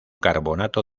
carbonato